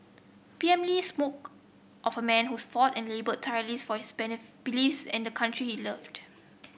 P M Lee spoke of a man who fought and laboured tireless for his benefit beliefs and the country he loved